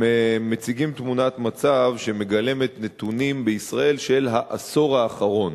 הם מציגים תמונת מצב שמגלמת נתונים של העשור האחרון